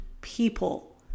people